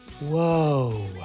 whoa